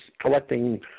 collecting